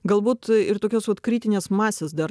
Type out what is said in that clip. galbūt ir tokios kritinės masės dar